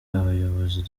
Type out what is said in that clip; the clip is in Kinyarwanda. abayobozi